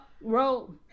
roll